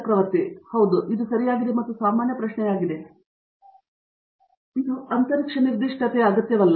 ಚಕ್ರವರ್ತಿ ಇದು ಸಾಮಾನ್ಯ ಪ್ರಶ್ನೆಯಾಗಿದೆ ಇದು ಅಂತರಿಕ್ಷ ನಿರ್ದಿಷ್ಟತೆಯ ಅಗತ್ಯವಾಗಿಲ್ಲ